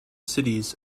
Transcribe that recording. cities